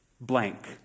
blank